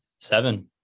seven